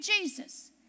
Jesus